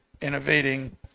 innovating